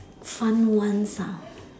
fun ones ah